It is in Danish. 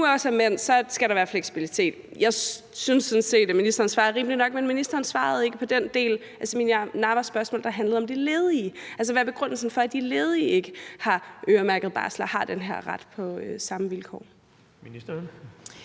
det nu også er for mænd, skal der være fleksibilitet. Jeg synes sådan set, at ministeren svarede rimeligt nok, men ministeren svarede ikke på den del af Samira Nawas spørgsmål, der handlede om de ledige. Hvad er begrundelsen for, at de ledige ikke har øremærket barsel og har den her ret på samme vilkår?